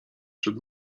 przed